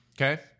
Okay